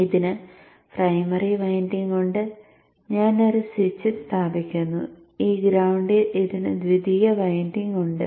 ഇതിന് primary winding ഉണ്ട് ഞാൻ ഒരു സ്വിച്ച് സ്ഥാപിക്കുന്നു ഈ ഗ്രൌണ്ടിൽ ഇതിന് ദ്വിതീയ വൈൻഡിംഗ് ഉണ്ട്